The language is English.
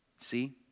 See